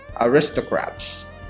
aristocrats